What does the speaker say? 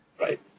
Right